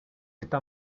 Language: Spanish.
está